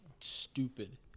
stupid